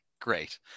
great